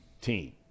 team